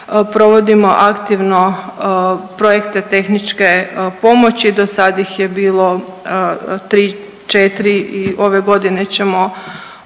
provodimo aktivno projekte tehničke pomoći, do sad ih je bilo tri, četri i ove godine ćemo